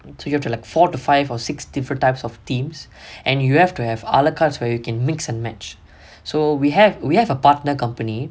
so you have to like for to five or six different types of themes and you have to have a la carte where you can mix and match so we have we have a partner company